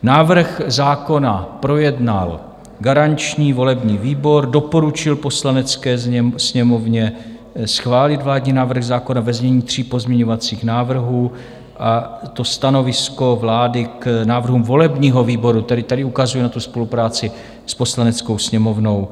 Návrh zákona projednal garanční volební výbor, doporučil Poslanecké sněmovně schválit vládní návrh zákona, ve znění tří pozměňovacích návrhů, a stanovisko vlády k návrhům volebního výboru tady ukazuje na spolupráci s Poslaneckou sněmovnou.